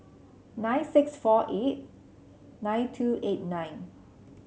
nine six four eight nine two eight nine